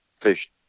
fish